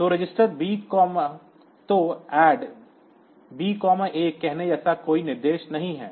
तो ADD B A कहने जैसा कोई निर्देश नहीं है